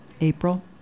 April